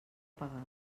pagar